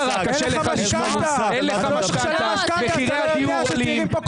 אתה לא יודע את זה.